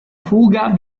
fuga